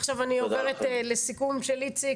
עכשיו אני עוברת לסיכום של איציק,